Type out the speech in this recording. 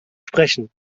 sprechen